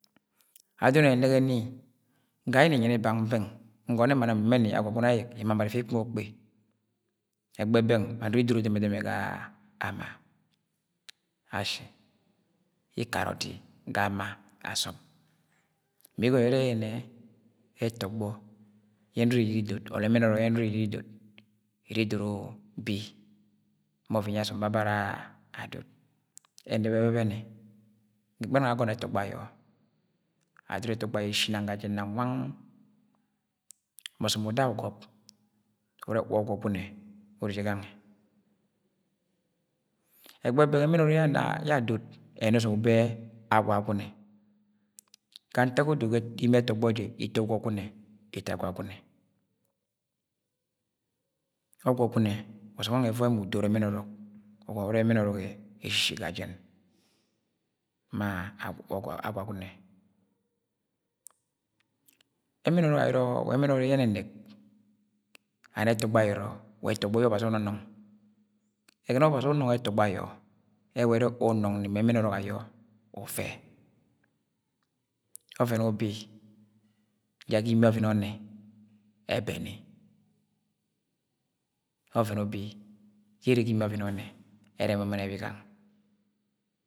. Adọn ẹnẹgẹ ni ga yẹ nni nyẹnẹ beng beng ngọnọ ni nnẹ ma nam nẹmẹ ni agwagune ayẹk imamara ifi ikpi mọ ukpi ẹgbẹ bẹng ma nọrọ iri idoro demẹdẹmẹ ga ama, ashi ikad ọdi ga ama asọm mi igọnọ irẹ yẹnẹ etọgbọ yẹ nọrọ ire je iri idod or ẹmẹn ọrọk ye nọrọ iri idod iri idoro bi ma ọvẹn yẹ asọm babe ara adod, ẹnẹp ẹbẹbẹnẹ ga ẹgbẹ anọng agọnọ ẹtọgbọ ayọ adoro ẹtọgbọ ayọ eshi nang ga jen nwang ma ọsọm uda ugọb urẹ wa ọgwọgunẹ urre je gange, ẹgbe bẹng ẹmẹn ọrǫk yẹ adod ẹna ọsọm ubo yẹ agwagune ga ntak odo ga imie ẹtọgbọ jẹ ito ọgwọgunẹ ito agwagune, ọgwọgunẹ wa ọsọm we ẹnọng ẹvọi mọ udoro ẹmẹn ọrǫk ugono urẹ ẹmẹn ọrǫk eshi ga jen ma agwagune, ẹmẹn ọrọk ayọrọ wa ẹmẹn ọrọk yẹ ẹnẹnẹk and ẹtọgbọ ayoro wa ẹtọgbọ yẹ ọbazi unọnọng, egono ọbazi unong ẹtọgbo ayọ ẹwẹ ẹrẹ unong ni ma ẹmẹn ọrọk ayọ ufe, ọvẹn ubi ye ga imie ọvẹn ẹrẹ ebani, ọvẹn ubi ye ere ga imiẹ ọvẹn ẹrẹ emtmtne ẹbigang.